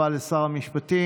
האמת שלגבי רעננה,